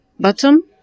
Bottom